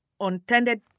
untended